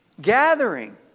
gathering